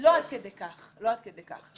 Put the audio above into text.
לא עד כדי כך, לא עד כדי כך.